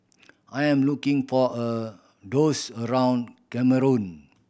I'm looking for a lose around Cameroon